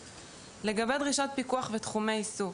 לגבי דרישות פיקוח ותחומי עיסוק,